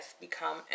become